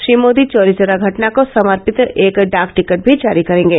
श्री मोदी चौरी चौरा घटना को समर्पित एक डाक टिकट भी जारी करेंगे